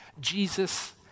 Jesus